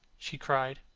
she cried.